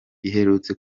iherutse